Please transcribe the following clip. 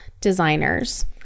designers